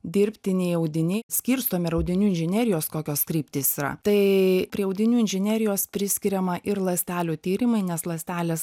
dirbtiniai audiniai skirstomi ir audinių inžinerijos kokios kryptys yra tai prie audinių inžinerijos priskiriama ir ląstelių tyrimai nes ląstelės